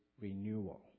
renewal